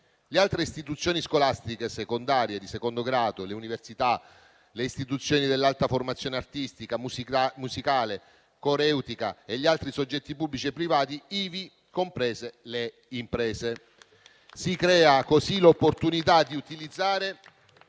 le altre istituzioni scolastiche secondarie di secondo grado, le università, le istituzioni di alta formazione artistica, musicale e coreutica e gli altri soggetti pubblici e privati, ivi comprese le imprese. Si crea così l'opportunità di utilizzare